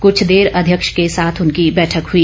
कुछ देर अध्यक्ष के साथ उनकी बैठक हुई